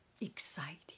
exciting